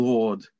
Lord